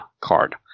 card